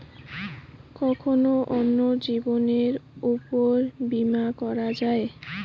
কখন অন্যের জীবনের উপর বীমা করা যায়?